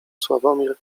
sławomir